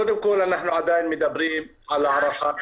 קודם כל אנחנו עדיין מדברים על הערכה,